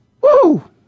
Woo